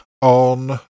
on